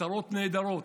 מטרות נהדרות.